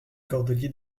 cordeliers